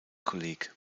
kolleg